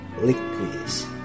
liquids